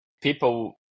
people